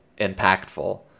impactful